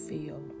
Feel